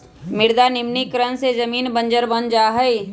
मृदा निम्नीकरण से जमीन बंजर बन जा हई